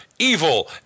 evil